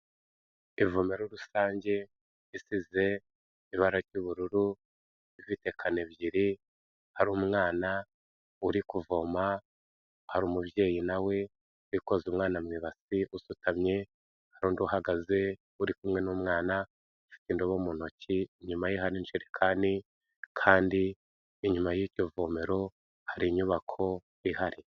Ivomero rusange risize ibara ry'ubururu rifite kano ebyiri, hari umwana uri kuvoma, hari umubyeyi na we uri koze umwana mu ibasi usutamye, hari undi uhagaze uri kumwe n'umwana ufite indobo mu ntoki, inyuma ye hari injerekani kandi n'inyuma y'iryo vomero hari inyubako ihari.